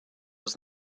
was